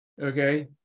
okay